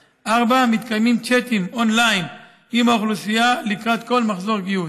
4. מתקיימים צ'אטים און-ליין עם האוכלוסייה לקראת כל מחזור גיוס,